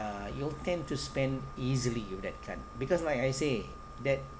you'll tend to spend easily of that card because like I say that